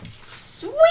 Sweet